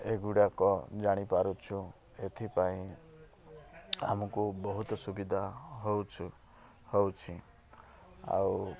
ଏଗୁଡ଼ାକ ଜାଣି ପାରୁଛୁ ଏଥିପାଇଁ ଆମକୁ ବହୁତ ସୁବିଧା ହଉଛୁ ହେଉଛି ଆଉ